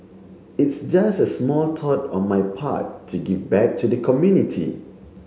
it's just a small thought on my part to give back to the community